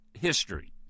history